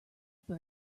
bird